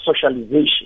socialization